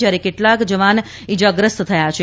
જ્યારે કેટલાક ઇજાગ્રસ્ત થયા છે